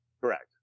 Correct